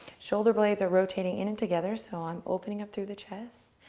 shoulder blades are rotating in and together, so i'm opening up through the chest.